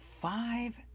five